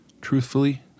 truthfully